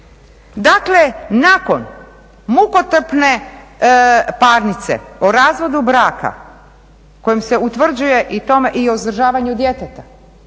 Dakle nakon mukotrpne parnice o razvodu braka kojom se utvrđuje i o uzdržavanju djeteta